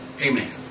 amen